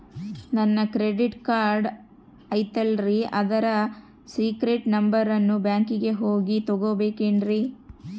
ನನ್ನ credit card ಐತಲ್ರೇ ಅದರ ಸೇಕ್ರೇಟ್ ನಂಬರನ್ನು ಬ್ಯಾಂಕಿಗೆ ಹೋಗಿ ತಗೋಬೇಕಿನ್ರಿ?